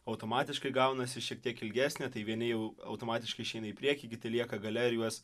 automatiškai gaunasi šiek tiek ilgesnė tai vieni jau automatiškai išeina į priekį kiti lieka gale ir juos